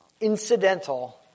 incidental